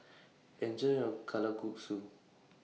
Enjoy your Kalguksu